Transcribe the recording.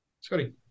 Scotty